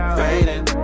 fading